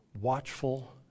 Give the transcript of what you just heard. watchful